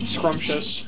Scrumptious